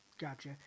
gotcha